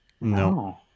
No